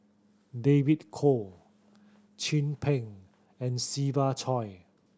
David Kwo Chin Peng and Siva Choy